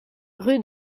rue